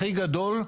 הכי גדול,